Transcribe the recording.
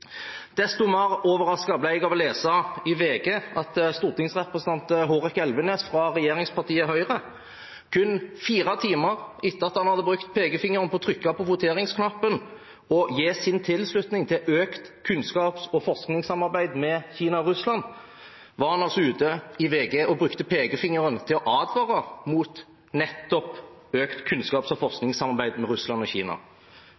Desto mer overrasket ble jeg over at stortingsrepresentant Hårek Elvenes fra regjeringspartiet Høyre kun fire timer etter at han hadde brukt pekefingeren til å trykke på voteringsknappen og gi sin tilslutning til økt kunnskaps- og forskningssamarbeid med Kina og Russland, var ute i VG og brukte pekefingeren til å advare mot nettopp økt kunnskaps- og forskningssamarbeid med Russland og Kina.